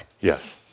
Yes